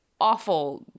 awful